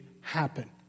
happen